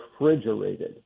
refrigerated